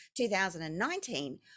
2019